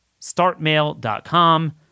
startmail.com